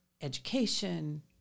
education